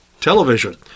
television